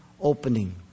opening